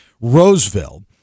Roseville